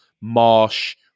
Marsh